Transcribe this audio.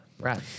right